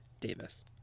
Davis